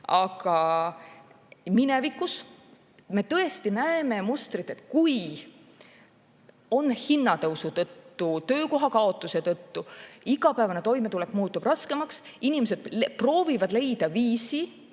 Aga minevikus me tõesti näeme mustrit, et kui hinnatõusu või töökoha kaotuse tõttu muutub igapäevane toimetulek raskemaks ja inimesed proovivad leida viisi,